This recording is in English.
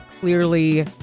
clearly